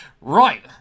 Right